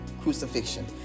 crucifixion